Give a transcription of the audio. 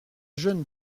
jeune